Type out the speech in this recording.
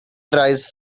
tries